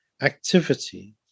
Activity